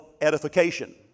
edification